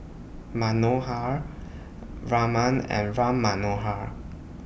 Manohar Raman and Ram Manohar